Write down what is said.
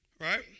Right